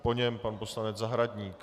Po něm pan poslanec Zahradník.